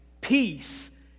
peace